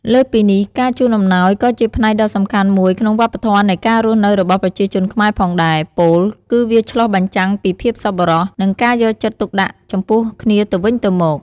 លើសពីនេះ ការជូនអំណោយក៏ជាផ្នែកដ៏សំខាន់មួយក្នុងវប្បធម៌នៃការរស់នៅរបស់ប្រជាជនខ្មែរផងដែរ ពោលគឺវាឆ្លុះបញ្ចាំងពីភាពសប្បុរស និងការយកចិត្តទុកដាក់ចំពោះគ្នាទៅវិញទៅមក។